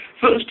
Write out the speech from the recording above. first